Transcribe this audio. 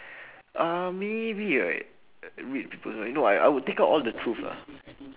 uh maybe right weird people right no I would take out all the truth ah